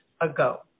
ago